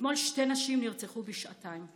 אתמול שתי נשים נרצחו בשעתיים.